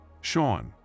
Sean